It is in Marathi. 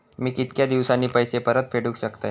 मी कीतक्या दिवसांनी पैसे परत फेडुक शकतय?